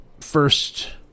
first